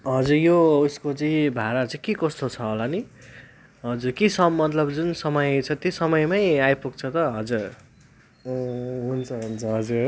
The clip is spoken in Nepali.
हजुर यो उयसको चाहिँ भाडा चाहिँ के कस्तो छ होला नि हजुर के छ मतलब जुन समय छ त्यो समयमै आइपुग्छ त हजुर ए हुन्छ हुन्छ हजुर